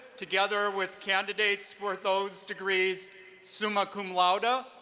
together with candidates for those degrees summa cum laude, ah